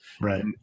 Right